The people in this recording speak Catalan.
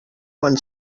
quan